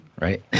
right